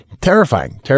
terrifying